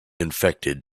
infected